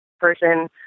person